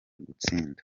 gutsinda